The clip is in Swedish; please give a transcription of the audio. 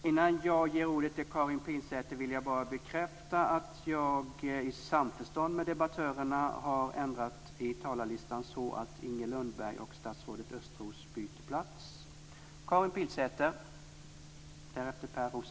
Innan jag ger ordet till Karin Pilsäter vill jag bara bekräfta att jag i samförstånd med debattörerna har ändrat i talarlistan så att Inger Lundberg och statsrådet Östros byter plats.